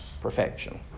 perfection